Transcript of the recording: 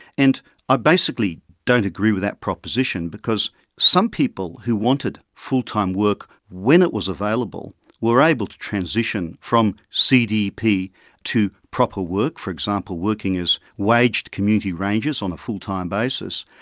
and i basically don't agree with that proposition because some people who wanted full-time work when it was available were able to transition from cdep to proper work, for example working as waged community rangers on a full-time basis.